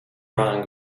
rang